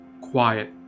Quiet